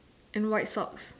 and white socks